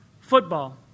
football